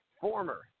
former